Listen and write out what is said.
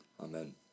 Amen